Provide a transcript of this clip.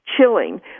chilling